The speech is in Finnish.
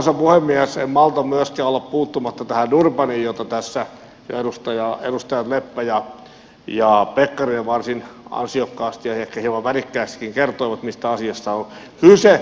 en malta myöskään olla puuttumatta tähän durbaniin josta tässä edustajat leppä ja pekkarinen varsin ansiokkaasti ja ehkä hieman värikkäästikin kertoivat mistä asiasta on kyse